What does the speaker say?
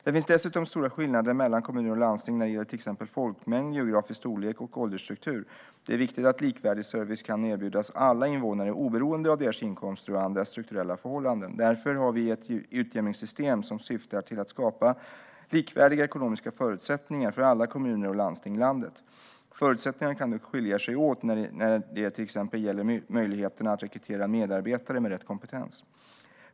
Det finns dessutom stora skillnader mellan kommuner och landsting när det gäller till exempel folkmängd, geografisk storlek och åldersstruktur. Det är viktigt att likvärdig service kan erbjudas alla invånare oberoende av deras inkomster och andra strukturella förhållanden. Därför har vi ett utjämningssystem som syftar till att skapa likvärdiga ekonomiska förutsättningar för alla kommuner och landsting i landet. Förutsättningarna kan dock skilja sig åt när det till exempel gäller möjligheterna att rekrytera medarbetare med rätt kompetens.